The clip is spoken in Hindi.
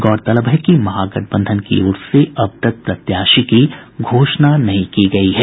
गौरतलब है कि महागठबंधन की ओर से अब तक प्रत्याशी की घोषणा नहीं की गयी है